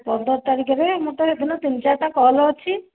ପନ୍ଦର ତାରିଖରେ ମୋତେ ସେଦିନ ତିନି ଚାରିଟା କଲ୍ ଅଛି